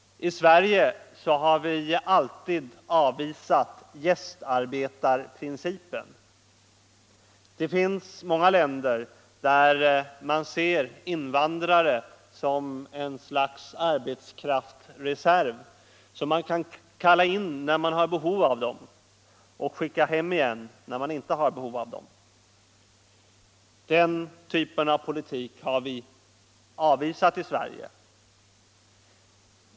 I Sverige har vi alltid avvisat gästarbetarprincipen. I många länder ser man invandrare som ett slags arbetskraftsreserv som man kan kalla in när man har behov av dem och skicka hem igen när man inte har behov av dem. Den typen av politik har vi avvisat i Sverige.